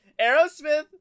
Aerosmith